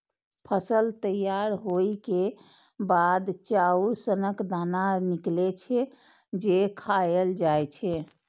फसल तैयार होइ के बाद चाउर सनक दाना निकलै छै, जे खायल जाए छै